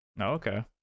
okay